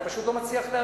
אני פשוט לא מצליח להבין.